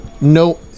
no